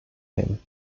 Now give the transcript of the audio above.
him